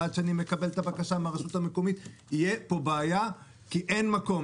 ועד שאני מקבל את הבקשה מהרשות המקומית תהיה פה בעיה כי אין מקום.